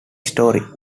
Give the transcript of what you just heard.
story